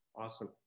Awesome